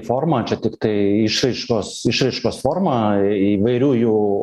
forma čia tiktai išraiškos išraiškos forma įvairių jų